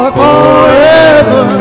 forever